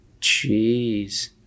Jeez